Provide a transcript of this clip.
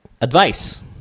advice